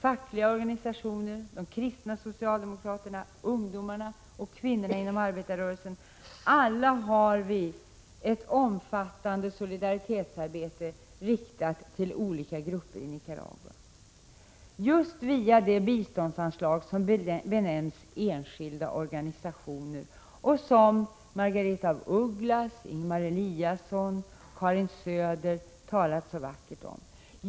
Fackliga organisationer, kristna socialdemokrater, ungdomar och kvinnor inom arbetarrörelsen ägnar sig alla åt ett omfattande solidaritetsarbete riktat till olika grupper i Nicaragua, just via det biståndsanslag som benämns ”Enskilda organisationer” och som Margaretha af Ugglas, Ingemar Eliasson och Karin Söder talat så vackert om.